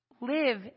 live